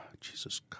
Jesus